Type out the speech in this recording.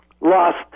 lost